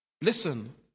Listen